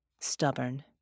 Stubborn